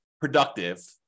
productive